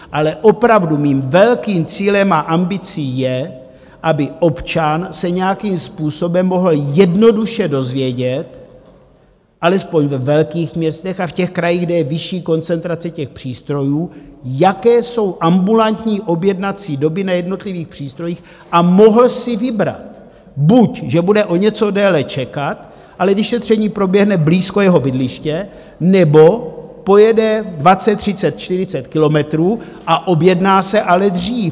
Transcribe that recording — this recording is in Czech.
Ale opravdu mým velkým cílem a ambicí je, aby občan se nějakým způsobem mohl jednoduše dozvědět, alespoň ve velkých městech a v krajích, kde je vyšší koncentrace těch přístrojů, jaké jsou ambulantní objednací doby na jednotlivých přístrojích a mohl si vybrat: buď že bude o něco déle čekat, ale vyšetření proběhne blízko jeho bydliště, nebo pojede 20, 30, 40 kilometrů a objedná se ale dřív.